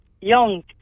young